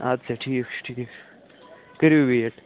اَدٕ سا ٹھیٖک چھُ ٹھیٖک چھُ کٔرِو ویٹ